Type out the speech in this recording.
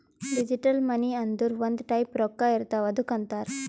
digital money ಅಂದುರ್ ಒಂದ್ type ರೊಕ್ಕಾ ಇರ್ತಾವ್ ಅದ್ದುಕ್ ಅಂತಾರ್